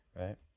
right